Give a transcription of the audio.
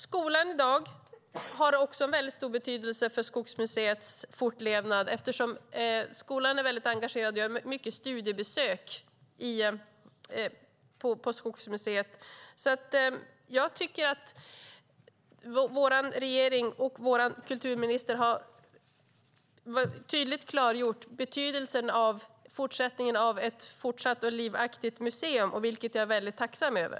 Skolan har i dag också stor betydelse för Skogsmuseets fortlevnad eftersom skolan är engagerad och gör många studiebesök där. Jag tycker att vår regering och vår kulturminister tydligt har klargjort betydelsen av ett fortsatt livaktigt museum, vilket jag är tacksam för.